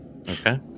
Okay